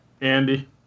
andy